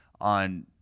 on